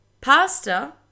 pasta